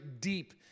deep